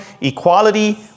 equality